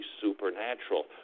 supernatural